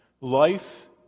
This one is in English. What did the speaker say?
Life